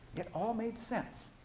it all made sense.